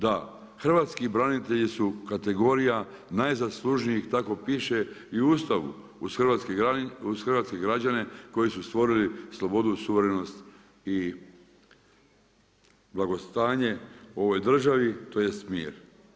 Da, hrvatski branitelji su kategorija najzaslužnijih tako piše i u Ustavu, uz hrvatske građane koji su stvorili slobodu, suverenost i blagostanje u ovoj državi tj. mir.